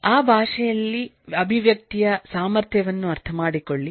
ಆ ಭಾಷೆಯಲ್ಲಿ ಅಭಿವ್ಯಕ್ತಿಯ ಸಾಮರ್ಥ್ಯವನ್ನು ಅರ್ಥಮಾಡಿಕೊಳ್ಳಿ